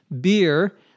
Beer